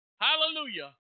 Hallelujah